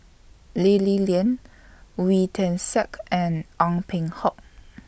Lee Li Lian Wee Tian Siak and Ong Peng Hock